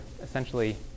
essentially